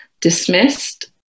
dismissed